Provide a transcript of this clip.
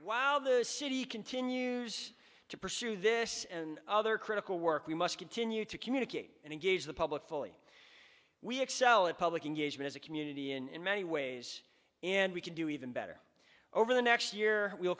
while the city continues to pursue this and other critical work we must continue to communicate and engage the public fully we excel in public engagement as a community in many ways and we can do even better over the next year we